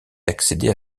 d’accéder